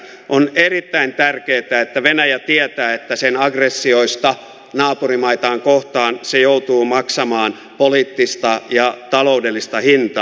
on erittäin tärkeätä että venäjä tietää että sen aggressioista naapurimaitaan kohtaan se joutuu maksamaan poliittista ja taloudellista hintaa